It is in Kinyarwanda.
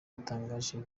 yatangaje